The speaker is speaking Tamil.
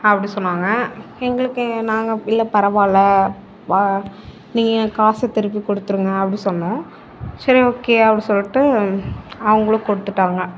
அப்படி சொன்னாங்க எங்களுக்கு நாங்கள் இல்லை பரவாயில்ல வ நீங்கள் என் காசை திருப்பி கொடுத்துருங்க அப்படின் சொன்னோம் சரி ஓகே அப்படின் சொல்லிட்டு அவங்களும் கொடுத்துட்டாங்க